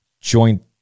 joint